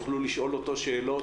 יוכלו לשאול אותו שאלות.